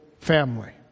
family